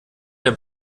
der